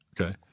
Okay